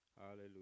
Hallelujah